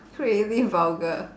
creative vulgar